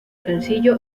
sencillo